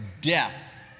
death